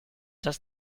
does